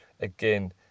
again